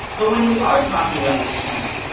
but when we are talking about this corner,